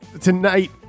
Tonight